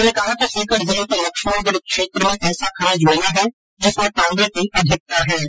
उन्होंने कहा सीकर जिले के लक्ष्मणगढ क्षेत्र में ऐसा खनिज मिला है जिसमें तांवे की अधिकता है